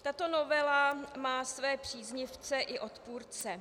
Tato novela má své příznivce i odpůrce.